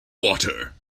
water